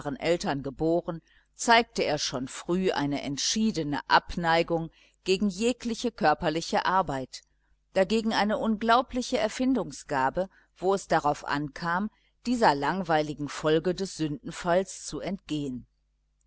eltern geboren zeigte er schon früh eine entschiedene abneigung gegen jegliche körperliche arbeit dagegen eine unglaubliche erfindungsgabe wo es darauf ankam dieser langweiligen folge des sündenfalls zu entgehen